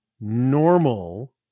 normal